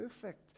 perfect